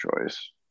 choice